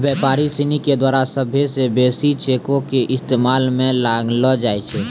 व्यापारी सिनी के द्वारा सभ्भे से बेसी चेको के इस्तेमाल मे लानलो जाय छै